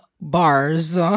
bars